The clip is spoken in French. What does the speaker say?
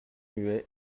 muet